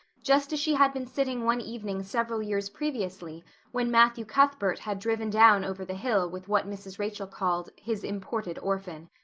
just as she had been sitting one evening several years previously when matthew cuthbert had driven down over the hill with what mrs. rachel called his imported orphan.